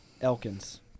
Elkins